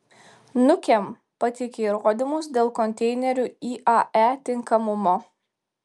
nukem pateikė įrodymus dėl konteinerių iae tinkamumo